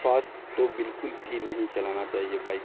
fast تو بالکل بھی نہیں چلانا چاہیے بائک